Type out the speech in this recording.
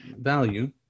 value